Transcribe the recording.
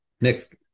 next